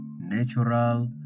Natural